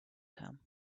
him